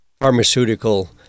pharmaceutical